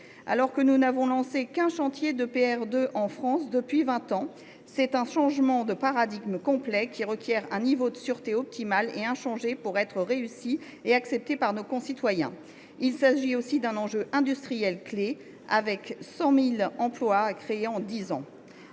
Alors que nous n’avons lancé qu’un chantier d’EPR2 en France depuis vingt ans, c’est un changement de paradigme complet qui requiert un niveau de sûreté optimal et inchangé pour être réussi et accepté par nos concitoyens. Il s’agit aussi d’un enjeu industriel clé, avec 100 000 emplois à créer en dix ans.